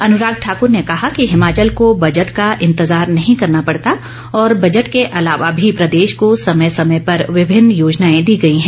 अनुराग ठाकूर ने कहा कि हिमाचल को बजट का इंतजार नहीं करना पड़ता और बजट के अलावा भी प्रदेश को समय समय पर विभिन्न योजनाएं दी गई है